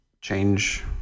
change